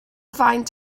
faint